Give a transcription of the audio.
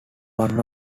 one